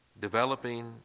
developing